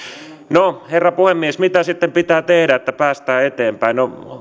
herra puhemies no mitä sitten pitää tehdä että päästään eteenpäin